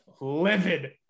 livid